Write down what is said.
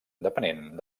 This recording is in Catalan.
depenent